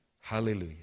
Hallelujah